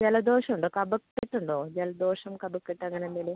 ജലദോഷം ഉണ്ടോ കഫക്കെട്ട് ഉണ്ടോ ജലദോഷം കഫക്കെട്ട് അങ്ങനെ എന്തെങ്കിലും